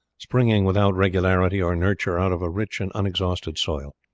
springing without regularity or nurture out of a rich and unexhausted soil.